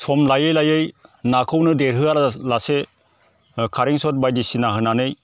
सम लायै लायै नाखौनो देरहोआ लासे कारेन्ट सट बायदिसिना होनानै